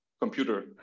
computer